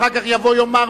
אחר כך מישהו יבוא ויאמר,